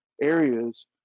areas